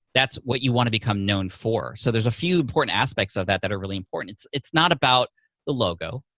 that's what you wanna become known for. so there's a few important aspects of that that are really important. it's it's not about the logo.